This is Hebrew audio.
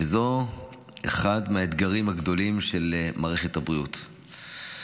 וזה אחד מהאתגרים הגדולים של מערכת הבריאות.